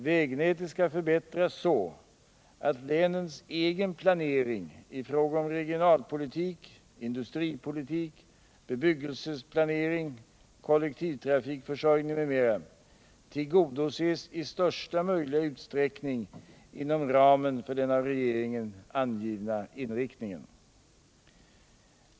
Vägnätet skall förbättras så att länens egen planering i fråga om regionalpolitik, industripolitik, bebyggelseplanering, kollektivtrafikförsörjning m.m. tillgodoses i största möjliga utsträckning inom ramen för den av regeringen angivna inriktningen.